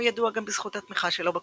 הוא ידוע גם בזכות התמיכה שלו בקומוניזם,